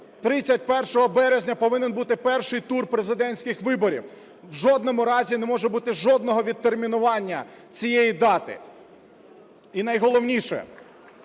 31 березня повинен бути перший тур президентських виборів, в жодному разі не може бути жодного відтермінування цієї дати. І найголовніше,